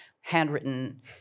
handwritten